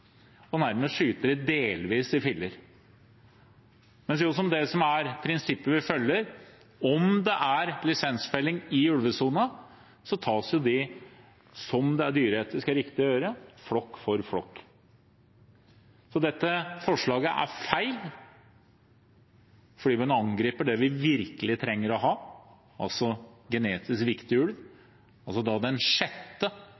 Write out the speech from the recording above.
delvis i filler, mens prinsippet vi følger, er at om det er lisensfelling i ulvesonen, tas de flokk for flokk, noe som er dyreetisk riktig å gjøre. Dette forslaget er feil fordi det angriper det vi virkelig trenger å ha: genetisk